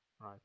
right